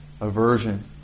aversion